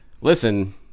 listen